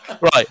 right